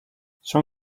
son